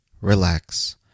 relax